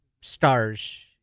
stars